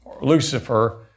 Lucifer